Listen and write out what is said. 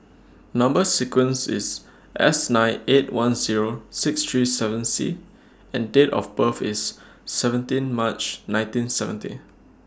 Number sequence IS S nine eight one Zero six three seven C and Date of birth IS seventeen March nineteen seventy